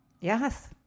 Yes